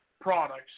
products